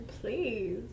please